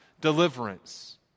deliverance